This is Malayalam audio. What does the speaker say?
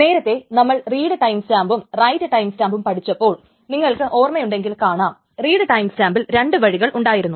നേരത്തെ നമ്മൾ റീഡ് ടൈംസ്റ്റാമ്പും റൈറ്റ് ടൈംസ്റ്റാമ്പും പഠിച്ചപ്പോൾ നിങ്ങൾക്ക് ഓർമ്മയുണ്ടെങ്കിൽ കാണാം റീഡ് ടൈംസ്റ്റാമ്പിൽ രണ്ട് വഴികൾ ഉണ്ടായിയിരുന്നു